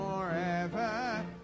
forever